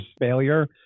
failure